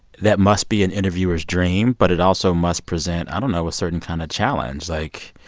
that must be an interviewer's dream, but it also must present i don't know a certain kind of challenge. like,